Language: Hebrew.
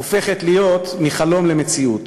הופכת להיות מחלום למציאות.